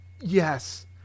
Yes